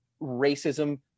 racism